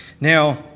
Now